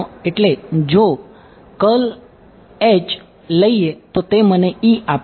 એટલે જો લઈએ તો તે મને આપશે